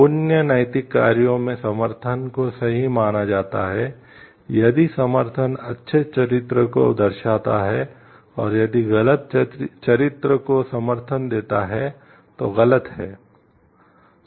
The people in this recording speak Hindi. पुण्य नैतिक कार्यों में समर्थन को सही माना जाता है यदि समर्थन अच्छे चरित्र को दर्शाता है और यदि गलत चरित्र को समर्थन देता है तो गलत है